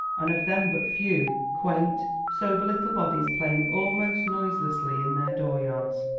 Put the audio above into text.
and of them but few quaint, sober little bodies playing almost noiselessly in their dooryards.